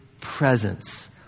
presence